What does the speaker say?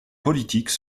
politiques